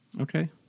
Okay